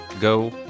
go